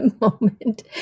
moment